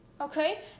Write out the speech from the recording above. Okay